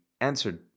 answered